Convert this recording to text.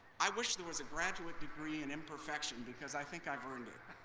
i wish there was a graduate degree in imperfection, because i think i've earned it.